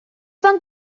van